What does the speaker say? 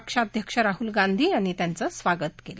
पक्षाध्यक्ष राहुल गांधी यांनी त्यांचं स्वागत केलं